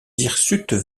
hirsutes